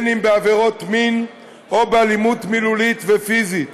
אם בעבירות מין ואם באלימות מילולית ופיזית.